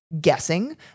guessing